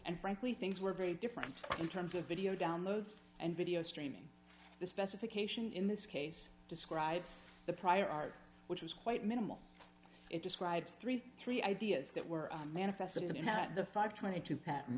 and frankly things were very different in terms of video downloads and video streaming the specification in this case describes the prior art which was quite minimal it describes thirty three ideas that were manifested in that the five hundred and twenty two patent